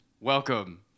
Welcome